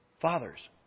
Fathers